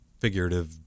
figurative